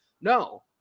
No